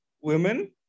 women